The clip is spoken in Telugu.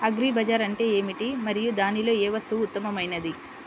అగ్రి బజార్ అంటే ఏమిటి మరియు దానిలో ఏ వస్తువు ఉత్తమమైనది?